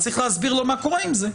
צריך להסביר לו מה קורה עם זה,